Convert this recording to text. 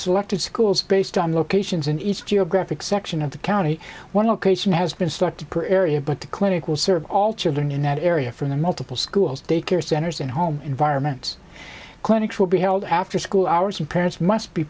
selected schools based on locations in each geographic section of the county one location has been started perrett but the clinic will serve all children in that area from the multiple schools daycare centers and home environments clinics will be held after school hours and parents must be